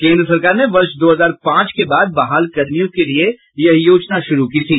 केन्द्र सरकार ने वर्ष दो हजार पांच के बाद बहाल कर्मियों के लिए यह योजना शुरू की थी